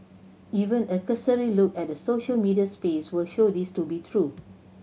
even a cursory look at the social media space will show this to be true